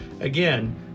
Again